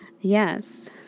Yes